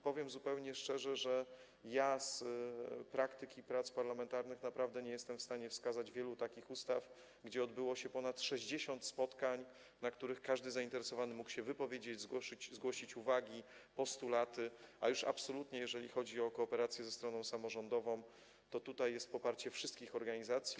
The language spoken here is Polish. Powiem zupełnie szczerze, że na podstawie praktyki prac parlamentarnych naprawdę nie jestem w stanie wskazać wiele takich ustaw, w wypadku których odbyło się ponad 60 spotkań, na których każdy zainteresowany mógł się wypowiedzieć, zgłosić uwagi, postulaty, a już absolutnie jeżeli chodzi o kooperację ze stroną samorządową, to tutaj jest poparcie wszystkich organizacji.